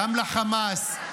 גם לחמאס,